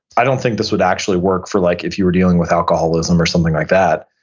i don't think this would actually work for like if you were dealing with alcoholism or something like that.